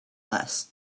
less